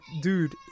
dude